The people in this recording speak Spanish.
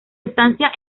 estancia